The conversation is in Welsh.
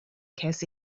ces